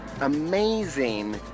amazing